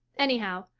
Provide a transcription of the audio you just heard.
anyhow,